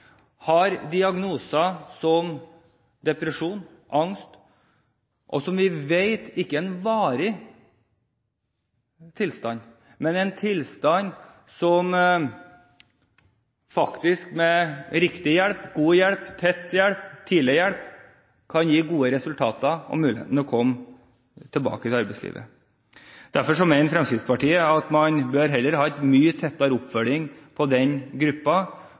har diagnoser som depresjon og angst, som vi vet ikke er en varig tilstand, men en tilstand som faktisk med riktig hjelp, god hjelp, tett hjelp og tidlig hjelp kan gi gode resultater og muligheten til å komme tilbake til arbeidslivet. Derfor mener Fremskrittspartiet at man bør heller ha en mye tettere oppfølging av den